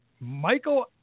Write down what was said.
Michael